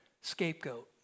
scapegoat